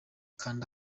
kanda